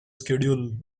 schedule